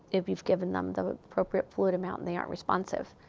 if you've given them the appropriate fluid amount and they aren't responsive.